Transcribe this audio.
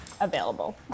available